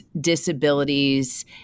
disabilities